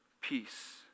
Peace